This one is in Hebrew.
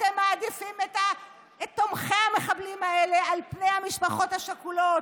אתם מעדיפים את תומכי המחבלים האלה על המשפחות השכולות,